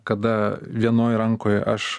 kada vienoj rankoj aš